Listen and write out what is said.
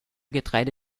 getreide